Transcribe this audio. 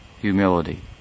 humility